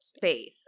Faith